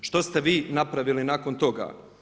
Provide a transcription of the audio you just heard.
Što ste vi napravili nakon toga?